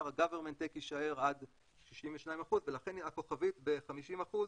ה- government takeיישאר עד 62%. לכן הכוכבית ב-50%.